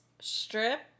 strip